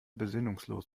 besinnungslos